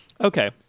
Okay